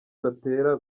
batera